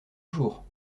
jours